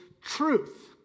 truth